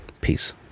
Peace